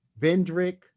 Vendrick